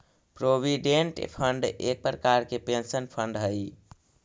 provident fund एक प्रकार के पेंशन फंड हई